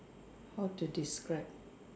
how to describe